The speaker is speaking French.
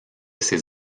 ses